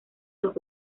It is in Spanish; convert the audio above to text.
los